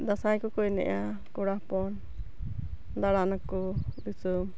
ᱫᱟᱥᱟᱸᱭ ᱠᱚᱠᱚ ᱮᱱᱮᱡᱼᱟ ᱠᱚᱲᱟ ᱦᱚᱯᱚᱱ ᱫᱟᱲᱟᱱᱟᱠᱚ ᱫᱤᱥᱚᱢ